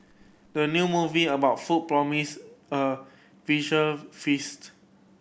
the new movie about food promise a visual feast